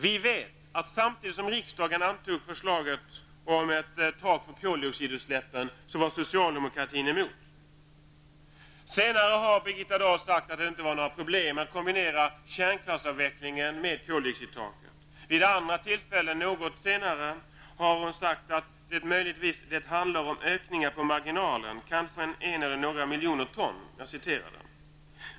Vi vet att samtidigt som riksdagen antog förslaget om ett tak för koldioxidutsläppen var socialdemokraterna emot. Senare har Birgitta Dahl sagt att det inte var några problem att kombinera kärnkraftsavvecklingen med koldioxidtaket. Vid andra tillfällen, något senare, har hon sagt att det möjligtvis handlar om ökningar på marginalen, kanske en eller några miljoner ton.